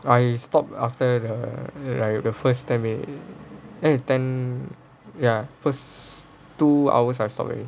I stop after the like the first ten minutes eh ten ya first two hours I stopped already